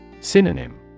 Synonym